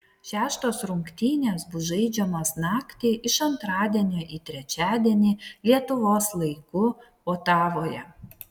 šeštos rungtynės bus žaidžiamos naktį iš antradienio į trečiadienį lietuvos laiku otavoje